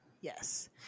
Yes